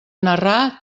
narrar